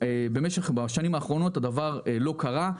בשנים האחרונות הדבר לא קרה.